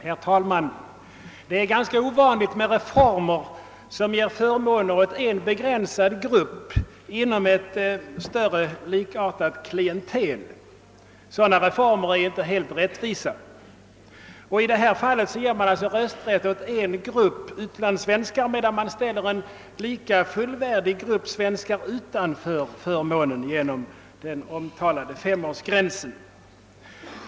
Herr talman! Det är ganska ovanligt med reformer som ger förmåner till en begränsad del av ett större, likartat klientel. Sådana reformer är inte rättvisa. I detta fall ger man alltså rösträtt åt en grupp utlandssvenskar, medan man ställer en lika fullvärdig grupp svenskar utanför denna förmån genom den föreslagna femårsgränsen.